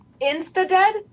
Insta-dead